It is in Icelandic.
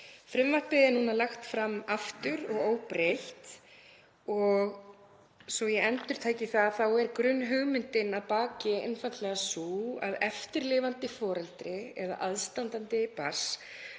Frumvarpið er núna lagt fram aftur óbreytt og svo ég endurtaki það þá er grunnhugmyndin að baki því einfaldlega sú að eftirlifandi foreldri eða aðstandandi barns